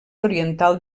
oriental